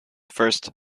first